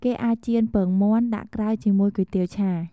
គេអាចចៀនពងមាន់ ដាក់ក្រៅជាមួយគុយទាវឆា។